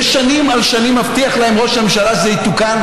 ושנים על שנים מבטיח להם ראש הממשלה שזה יתוקן,